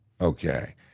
Okay